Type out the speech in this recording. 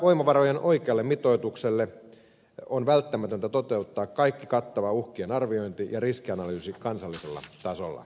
voimavarojen oikealle mitoitukselle on välttämätöntä toteuttaa kaikki kattava uhkien arviointi ja riskianalyysi kansallisella tasolla